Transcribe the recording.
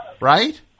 right